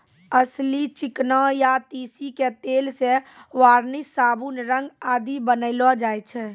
अलसी, चिकना या तीसी के तेल सॅ वार्निस, साबुन, रंग आदि बनैलो जाय छै